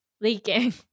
leaking